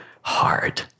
hard